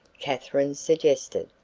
katherine suggested.